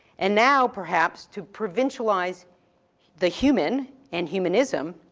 and now perhaps, to provincialize the human, and humanism,